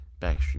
Backstreet